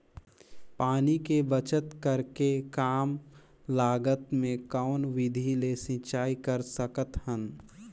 पानी के बचत करेके कम लागत मे कौन विधि ले सिंचाई कर सकत हन?